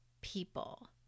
people